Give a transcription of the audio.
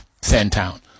Sandtown